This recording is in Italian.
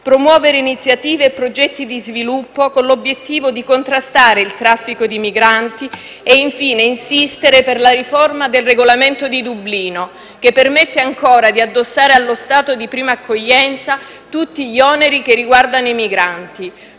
promuovere iniziative e progetti di sviluppo con l'obiettivo di contrastare il traffico di migranti, e infine insistere per la riforma del Regolamento di Dublino, che permette ancora di addossare allo Stato di prima accoglienza tutti gli oneri che riguardano i migranti;